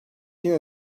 yine